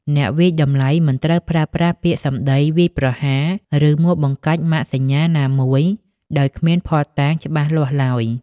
អ្នកវាយតម្លៃមិនត្រូវប្រើប្រាស់ពាក្យសម្តីវាយប្រហារ ឬមួលបង្កាច់ម៉ាកសញ្ញាណាមួយដោយគ្មានភស្តុតាងច្បាស់លាស់ឡើយ។